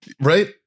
Right